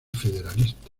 federalista